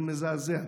זה מזעזע.